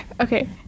Okay